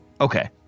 Okay